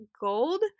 gold